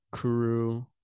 Kuru